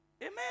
Amen